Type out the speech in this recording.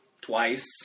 twice